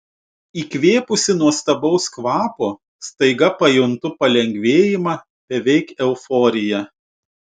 įkvėpusi nuostabaus kvapo staiga pajuntu palengvėjimą beveik euforiją